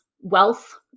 wealth